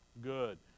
good